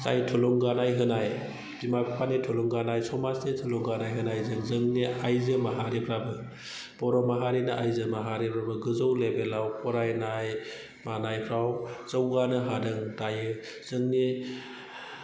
जाय थुलुंगा नायहोनाय बिमा बिफानि थुलुंगानाय समाजनि थुलुंगानाय होनायजों जोंनि आइजो माहारिफ्राबो बर' माहारिनो आइजो माहारिफ्राबो गोजौ लेभेलाव फरायनाय मानायफ्राव जौगानो हादों दायो जोंनि